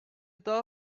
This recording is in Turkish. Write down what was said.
daha